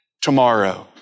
tomorrow